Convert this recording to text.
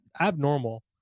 abnormal